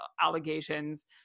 allegations